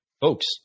folks